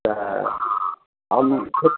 तऽ हम